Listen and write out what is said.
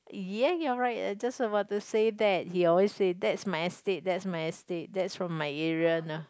ya you're right just about to say that he always say that's my estate that's my estate that's from my area know